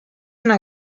una